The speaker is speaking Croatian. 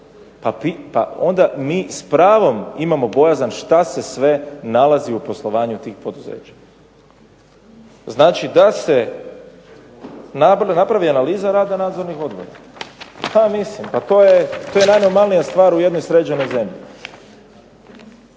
onda mi s pravom imamo bojazan šta se sve nalazi u poslovanju tih poduzeća. Znači, da se napravi analiza rada nadzornih odbora, to je najnormalnija stvar u jednoj sređenoj zemlji